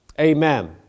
Amen